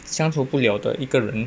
相处不了的一个人